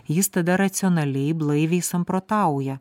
jis tada racionaliai blaiviai samprotauja